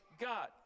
God